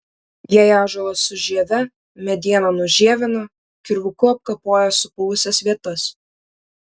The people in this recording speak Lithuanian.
jei ąžuolas su žieve medieną nužievina kirvuku apkapoja supuvusias vietas